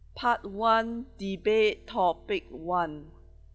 part one debate topic one